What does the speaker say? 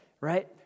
right